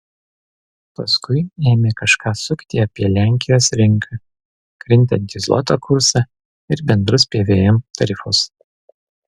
paskui ėmė kažką sukti apie lenkijos rinką krintantį zloto kursą ir bendrus pvm tarifus